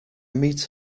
meet